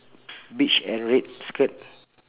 beige and red skirt